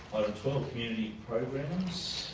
twelve, community programmes.